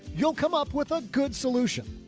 you'll come up with a good solution.